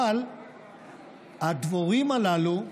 אבל הדבורים הללו,